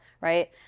Right